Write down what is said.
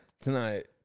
tonight